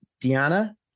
Diana